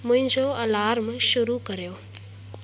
मुंहिंजो अलार्म शुरू करियो